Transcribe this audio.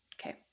Okay